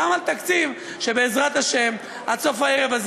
גם על תקציב שבעזרת השם עד סוף הערב הזה